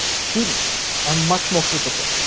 students are much more capable.